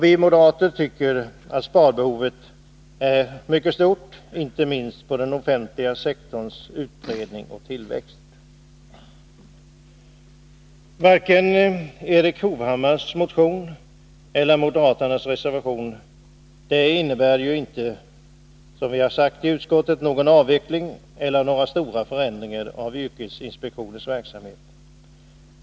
Vi moderater tycker att sparbehovet är mycket stort, inte minst när det gäller den offentliga sektorns utbredning och tillväxt. Varken Erik Hovhammars motion eller den moderata reservationen innebär någon avveckling eller några stora förändringar av yrkesinspektionens verksamhet.